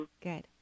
Good